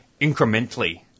incrementally